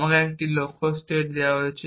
আমাকে একটি লক্ষ্য স্টেট দেওয়া হয়েছে